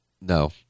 No